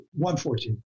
114